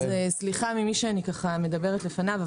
סליחה ממי שאני מדברת לפניו,